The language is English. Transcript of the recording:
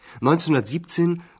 1917